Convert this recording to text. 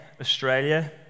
Australia